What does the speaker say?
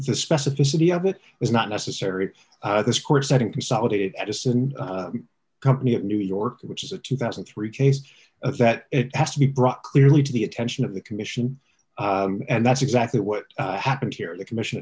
the specificity of it is not necessary at this course i think consolidated edison company of new york which is a two thousand and three case of that it has to be brought clearly to the attention of the commission and that's exactly what happened here the commission